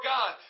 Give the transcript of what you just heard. God